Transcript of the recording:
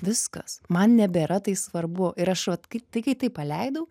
viskas man nebėra tai svarbu ir aš vat kaip tai taip paleidau